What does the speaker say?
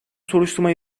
soruşturma